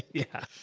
yeah,